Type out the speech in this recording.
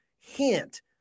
hint